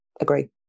agree